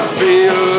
feel